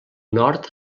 nord